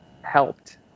helped